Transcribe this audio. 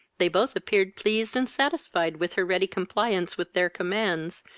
they both appeared pleased and satisfied with her ready compliance with their commands,